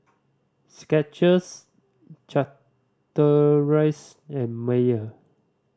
Skechers Chateraise and Mayer